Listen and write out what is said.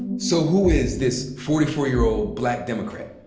and so who is this forty four year old black democrat,